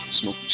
Smoke